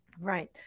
Right